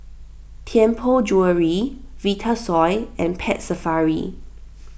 Tianpo Jewellery Vitasoy and Pet Safari